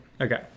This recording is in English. okay